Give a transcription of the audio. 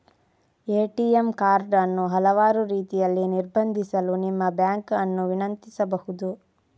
ATM card ಅನ್ನು ಹಲವಾರು ರೀತಿಯಲ್ಲಿ ನಿರ್ಬಂಧಿಸಲು ನಿಮ್ಮ ಬ್ಯಾಂಕ್ ಅನ್ನು ವಿನಂತಿಸಬಹುದು